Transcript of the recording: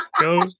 Go